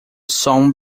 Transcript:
som